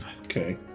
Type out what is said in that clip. okay